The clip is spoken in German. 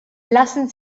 lassen